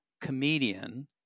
comedian